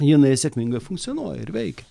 jinai sėkmingai funkcionuoja ir veikia